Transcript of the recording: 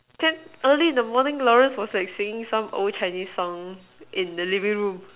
then early in the morning Lawrence was like singing some old Chinese song in the living room